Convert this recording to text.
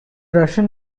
russian